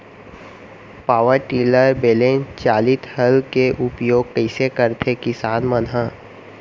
Power tiller बैलेंस चालित हल के उपयोग कइसे करथें किसान मन ह?